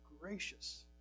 gracious